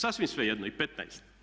Sasvim svejedno i 15.